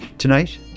Tonight